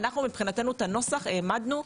אנחנו מבחינתנו את הנוסח העמדנו.